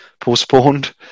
postponed